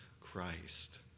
Christ